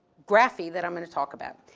graphy that i'm gonna talk about,